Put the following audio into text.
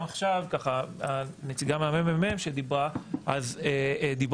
גם עכשיו הנציגה מהממ"מ שדיברה דיברה